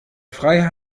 frei